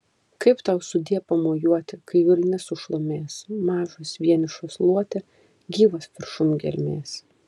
kaip tau sudie pamojuoti kai vilnis sušlamės mažas vienišas luote gyvas viršum gelmės